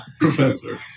Professor